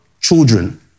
children